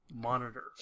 monitor